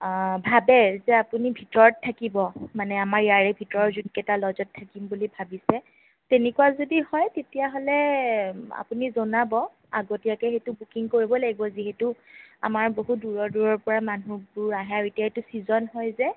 ভাবে যে আপুনি ভিতৰত থাকিব মানে আমাৰ ইয়াৰে ভিতৰৰ যোনকেইটা ল'জত থাকিম বুলি ভবিছে তেনেকুৱা যদি হয় তেতিয়া হ'লে আপুনি জনাব আগতীয়াকে সেইটো বুকিং কৰিব লাগিব যিহেতু আমাৰ বহুত দূৰৰ দূৰৰ পৰা মানুহবোৰ আহে আৰু এতিয়া এইটো চিজন হয় যে